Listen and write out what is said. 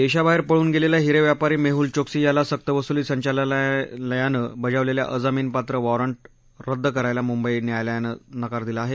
देशाबाहेर पळून गेलेला हिरे व्यापारी मेहल चोक्सी याला सक्तवसुली संचालनालयानं बजावलेलं अजामीनपात्र वॉरंट रद्द करायला मुंबई न्यायालयानं नकार दिला आहे